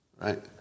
Right